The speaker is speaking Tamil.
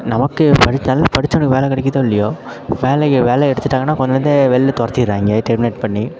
நமக்கு படிச் நல்லா படித்தவனுக்கு வேலை கிடைக்குதோ இல்லையோ வேலைக்கு வேலை எடுத்திட்டாங்கனால் கொஞ்ச நாளிலேயே வந்து வெளில துரத்திட்றாய்ங்க டெரிமினேட் பண்ணி